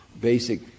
basic